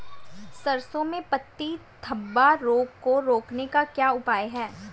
सरसों में पत्ती धब्बा रोग को रोकने का क्या उपाय है?